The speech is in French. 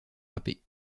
râpé